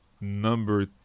number